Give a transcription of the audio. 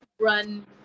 run